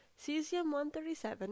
Cesium-137